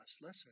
Listen